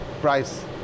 price